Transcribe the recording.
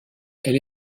elle